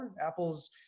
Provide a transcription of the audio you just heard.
Apple's